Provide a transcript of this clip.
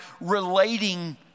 relating